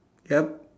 yup